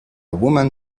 woman